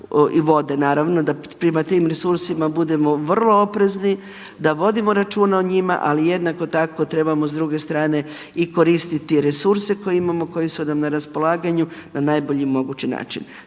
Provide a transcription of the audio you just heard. i vode naravno, da prema tim resursima budemo vrlo oprezni, da vodimo računa o njima, ali jednako tak trebamo s druge strane i koristiti resurse koje imamo koji su nam na raspolaganju na najbolji mogući način.